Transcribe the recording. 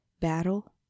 battle